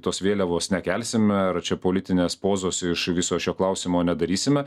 tos vėliavos nekelsime ar čia politinės pozos iš viso šio klausimo nedarysime